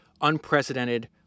unprecedented